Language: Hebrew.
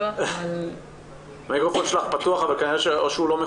אני חושבת שזו יוזמה מאוד מאוד